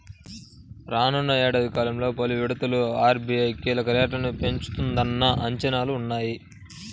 రానున్న ఏడాది కాలంలో పలు విడతలుగా ఆర్.బీ.ఐ కీలక రేట్లను పెంచుతుందన్న అంచనాలు ఉన్నాయి